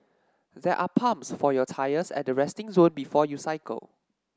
there are pumps for your tyres at the resting zone before you cycle